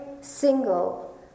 single